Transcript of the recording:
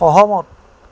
সহমত